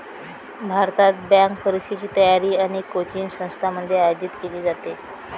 भारतात, बँक परीक्षेची तयारी अनेक कोचिंग संस्थांमध्ये आयोजित केली जाते